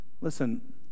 listen